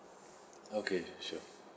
okay sure